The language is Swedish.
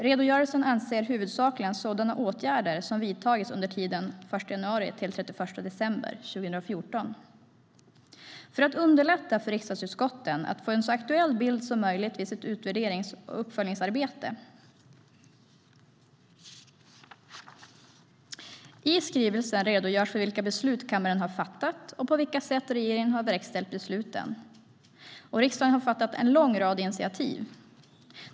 Redogörelsen avser huvudsakligen åtgärder som vidtagits under tiden 1 januari-31 december 2014 för att underlätta för att riksdagsutskotten ska få en så aktuell bild som möjligt vid sitt utvärderings och uppföljningsarbete. I skrivelsen redogörs för vilka beslut kammaren har fattat och på vilka sätt regeringen har verkställt de besluten. Och riksdagen har tagit en lång rad initiativ.